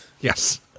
Yes